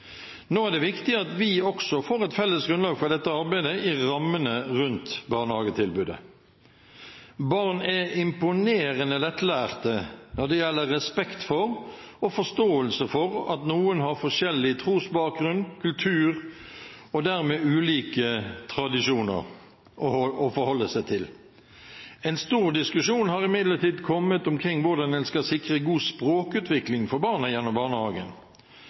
Nå er det viktig at vi også får et felles grunnlag for dette arbeidet i rammene rundt barnehagetilbudet. Barn er imponerende lettlærte når det gjelder respekt for og forståelse for at noen har forskjellig trosbakgrunn, kultur og dermed ulike tradisjoner å forholde seg til. En stor diskusjon har imidlertid kommet omkring hvordan en skal sikre god språkutvikling for barna gjennom barnehagen.